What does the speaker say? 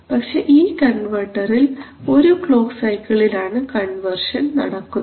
പക്ഷേ ഈ കൺവെർട്ടറിൽ ഒരു ക്ലോക്ക് സൈക്കിളിലാണ് കൺവർഷൻ നടക്കുന്നത്